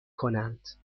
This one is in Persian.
کنند